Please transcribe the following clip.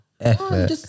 effort